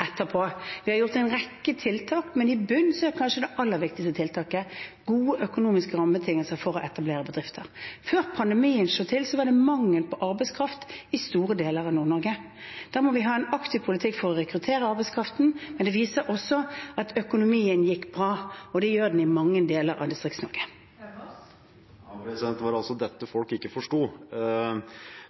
etterpå. Vi har gjort en rekke tiltak, men i bunnen er kanskje det aller viktigste tiltaket gode økonomiske rammebetingelser for å etablere bedrifter. Før pandemien slo til, var det mangel på arbeidskraft i store deler av Nord-Norge. Da må vi ha en aktiv politikk for å rekruttere arbeidskraften, men det viser også at økonomien gikk bra, og det gjør den i mange deler av Distrikts-Norge. Stein Erik Lauvås – til oppfølgingsspørsmål. Det var altså dette folk ikke forsto.